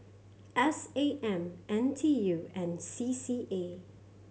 S A M N T U and C C A